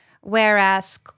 whereas